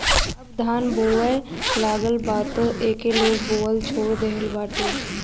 अब धान बोआए लागल बा तअ एके लोग बोअल छोड़ देहले बाटे